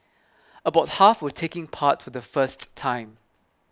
about half were taking part to the first time